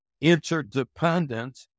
interdependent